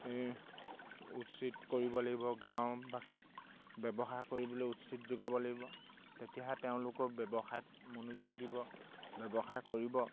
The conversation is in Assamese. উচিত কৰিব লাগিব গাঁওবাসিক ব্যৱসায় কৰিবলৈ উচিত যোগাব লাগিব তেতিয়াহে তেওঁলোকেও ব্যৱসায় মনোযোগ দিব ব্যৱসায় কৰিব